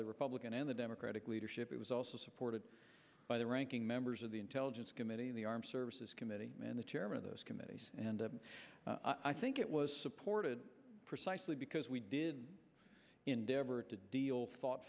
the republican and the democratic leadership it was also supported by the ranking members of the intelligence committee of the armed services committee and the chairman of those committees and i think it was supported precisely because we did endeavor to deal thought